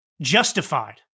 justified